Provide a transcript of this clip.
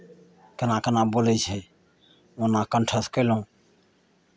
केना केना बोलै छै ओना कण्ठस्थ कयलहुँ